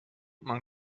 man